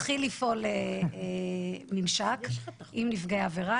התחיל לפעול ממשק עם נפגעי העבירה.